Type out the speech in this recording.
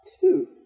Two